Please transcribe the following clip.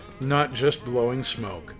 NotJustBlowingSmoke